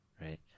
right